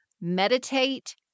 meditate